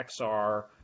XR